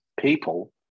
people